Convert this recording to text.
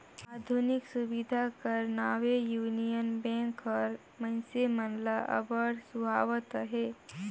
आधुनिक सुबिधा कर नावें युनियन बेंक हर मइनसे मन ल अब्बड़ सुहावत अहे